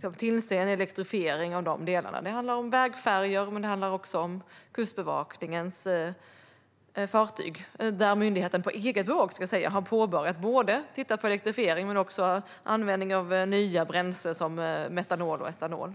för att tillse en elektrifiering av de delarna. Det handlar om vägfärjor, men det handlar också om Kustbevakningens fartyg, där myndigheten på eget bevåg har börjat titta på både elektrifiering och användning av nya bränslen som metanol och etanol.